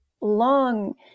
long